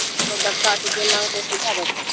कोनो देबता से जे माङ्गतै से दै देतै